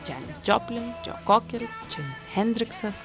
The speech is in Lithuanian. džanis džoplin džo kokeris džimis hendriksas